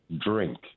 drink